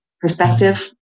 perspective